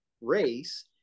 race